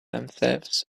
themselves